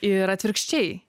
ir atvirkščiai